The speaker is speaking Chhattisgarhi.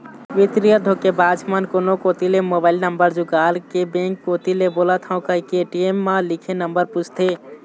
बित्तीय धोखेबाज मन कोनो कोती ले मोबईल नंबर जुगाड़ के बेंक कोती ले बोलत हव कहिके ए.टी.एम म लिखे नंबर पूछथे